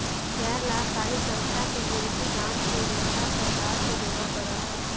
गैर लाभकारी संस्था के विदेशी दान के ब्यौरा सरकार के देवा पड़ा हई